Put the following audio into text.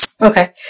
Okay